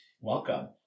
welcome